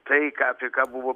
tai ką apie ką buvo